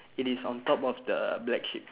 it is on top of the black sheep